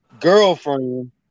girlfriend